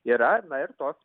yra na ir tos